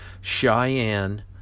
Cheyenne